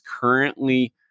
currently